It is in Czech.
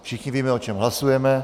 Všichni víme, o čem hlasujeme.